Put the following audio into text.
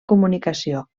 comunicació